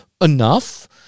enough